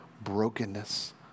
brokenness